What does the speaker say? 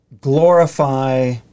glorify